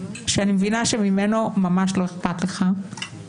שאני מבינה שממנו ממש לא אכפת לך.